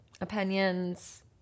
opinions